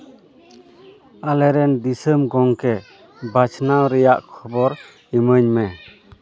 ᱟᱞᱮ ᱨᱮᱱ ᱫᱤᱥᱚᱢ ᱜᱚᱢᱠᱮ ᱵᱟᱪᱷᱱᱟᱣ ᱨᱮᱭᱟᱜ ᱠᱷᱚᱵᱚᱨ ᱮᱢᱟᱹᱧ ᱢᱮ